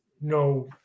No